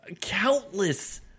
countless